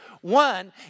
One